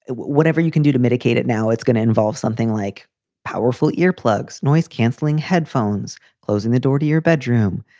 whatever you can do to medicate it now, it's going to involve something like powerful earplugs, noise, canceling headphones, closing the door to your bedroom.